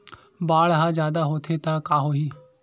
बाढ़ ह जादा होथे त का होही?